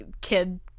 kid